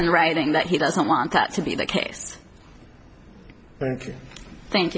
in writing that he doesn't want that to be the case